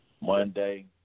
Monday